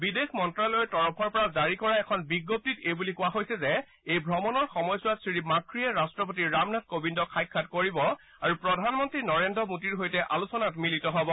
বিদেশ মন্ত্ৰালয়ৰ তৰফৰ পৰা জাৰি কৰা এখন বিজ্ঞপ্তিত এই বুলি কোৱা হৈছে যে এই ভ্ৰমনৰ সময়ছোৱাত শ্ৰীমাক্ৰিয়ে ৰাট্টপতি ৰামনাথ কোবিন্দক সাক্ষাৎ কৰিব আৰু প্ৰধানমন্ত্ৰী নৰেন্দ্ৰ মোদীৰ সৈতে আলোচনাত মিলিত হব